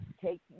take